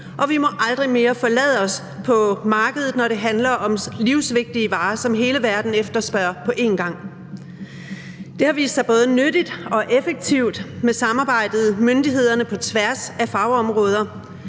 og vi må aldrig mere forlade os på markedet, når det handler om livsvigtige varer, som hele verden efterspørger på en gang. Det har vist sig både nyttigt og effektivt med samarbejdet mellem myndighederne på tværs af fagområder.